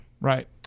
Right